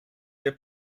wir